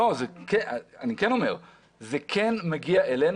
זה כן מגיע אלינו.